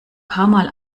paarmal